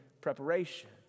preparation